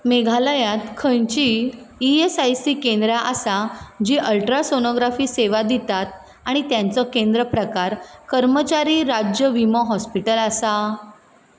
मेघालयांत खंयचींय E S I C केंद्रां आसा जीं अल्ट्रासोनोग्राफी सेवा दितात आनी त्यांचो केंद्र प्रकार कर्मचारी राज्य विमो हॉस्पिटल आसा